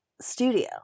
studio